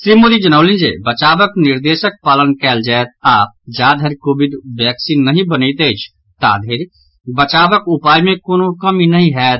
श्री मोदी जनौलनि जे बचाबक निर्देशक पालन कयल जायत आओर जा धरि कोविड वैक्सीन नहि बनैत अछि ता धरि बचावक उपाय मे कोनो कमि नहि होयत